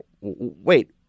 Wait